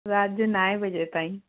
राति जो नाएं बजे ताईं